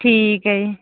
ਠੀਕ ਹੈ ਜੀ